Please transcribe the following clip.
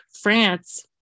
France